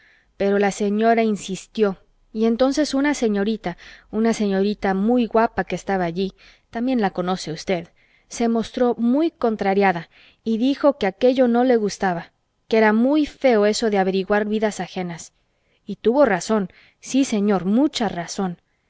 pero la señora insistió y entonces una señorita una señorita muy guapa que estaba allí también la conoce usted se mostró muy contrariada y dijo que aquello no le gustaba que era muy feo eso de averiguar vidas ajenas y tuvo razón sí señor mucha razón